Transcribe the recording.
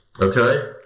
Okay